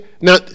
Now